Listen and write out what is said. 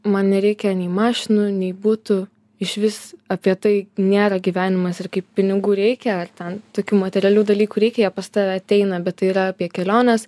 man nereikia nei mašinų nei būtų išvis apie tai nėra gyvenimas ir kaip pinigų reikia ten tokių materialių dalykų reikia jie pas tave ateina bet tai yra apie keliones